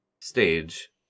stage